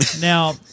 Now